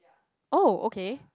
oh okay